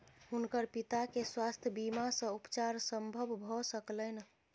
हुनकर पिता के स्वास्थ्य बीमा सॅ उपचार संभव भ सकलैन